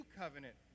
covenant